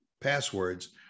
passwords